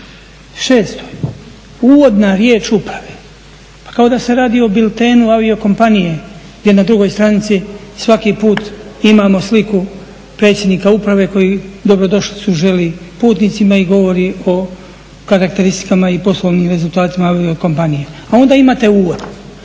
6.uvodna riječ uprave, pa kao da se radi o biltenu aviokompanije gdje na drugoj stranici svaki put imamo sliku predsjednika uprave koji dobrodošlicu želi putnicima i govori o karakteristikama i poslovnim rezultatima aviokompanije. A onda imate uvod.